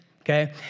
Okay